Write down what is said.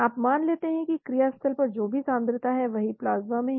आप मान लेते हैं कि क्रिया स्थल पर जो भी सांद्रता है वही प्लाज्मा में है